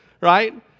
right